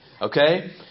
Okay